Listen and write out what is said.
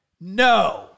No